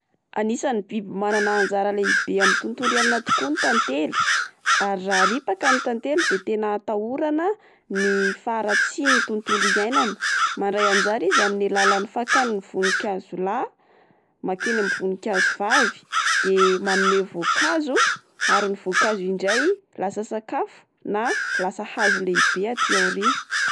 Anisan'ny biby manana anjara lehibe amin'ny tontolo iainana tokoa ny tantely. Ary raha ripaka ny tantely de tena atahorana ny faharatsian'ny tontolo iainana. Mandray anjara izy amin'ny alalan'ny fakany ny voninkazo lahy makeny amin'ny voninkazo vavy de manome voankazo ary ny voankazo indray lasa sakafo na lasa hazo lehibe aty aoriana.